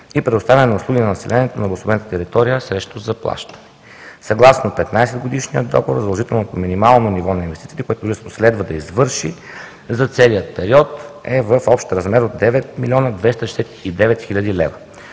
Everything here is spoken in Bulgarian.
и предоставяне на услуги на населението на обособената територия срещу заплащане. Съгласно 15-годишния договор задължителното минимално ниво на инвестициите, което дружеството следва да извърши за целия период е в общ размер от 9 млн. 269 хил. лева.